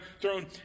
thrown